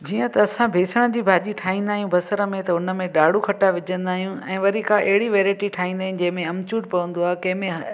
जीअं त असां बेसण जी भाॼी ठाहींदा आहियूं बसर में त हुनमें ॾाणू खटि विझंदा आहियूं ऐं वरी का अहिड़ी वैरायटी ठाहींदा आहियूं जंहिंमें आमचूर पवंदो आहे कंहिंमें